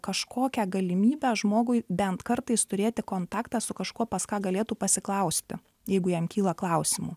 kažkokią galimybę žmogui bent kartais turėti kontaktą su kažkuo pas ką galėtų pasiklausti jeigu jam kyla klausimų